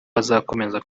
bazakomeza